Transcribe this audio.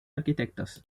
arquitectos